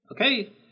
Okay